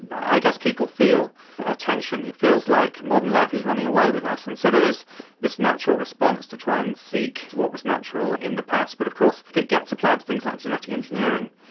i guess people feel a tension, it feels like modern life is running away with us, and so there is this natural response to try and seek what was natural in the past. but of course if it gets applied to things like genetic engineering,